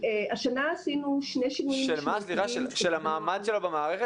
של המעמד שלו במערכת?